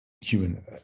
human